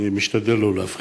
אני משתדל לא להפריע.